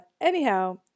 Anyhow